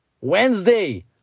Wednesday